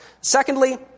Secondly